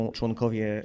członkowie